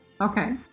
Okay